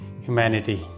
humanity